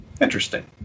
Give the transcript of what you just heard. Interesting